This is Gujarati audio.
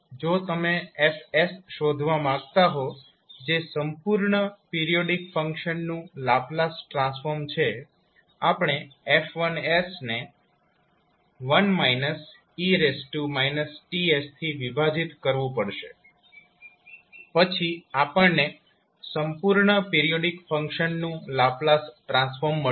જો તમે 𝐹𝑠 શોધવા માંગતા હો જે સંપૂર્ણ પિરીયોડીક ફંક્શનનું લાપ્લાસ ટ્રાન્સફોર્મ છે આપણે F1 ને 1 e Ts થી વિભાજીત કરવું પડશે પછી આપણને સંપૂર્ણ પિરીયોડીક ફંક્શનનું લાપ્લાસ ટ્રાન્સફોર્મ મળશે